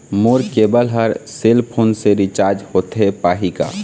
मोर cable हर cell phone से recharge होथे पाही का?